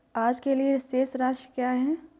आज के लिए शेष राशि क्या है?